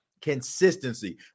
consistency